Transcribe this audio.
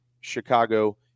chicago